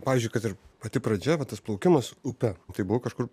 pavyzdžiui kad ir pati pradžia va tas plaukimas upe tai buvo kažkur